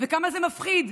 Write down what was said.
כמה זה מפחיד,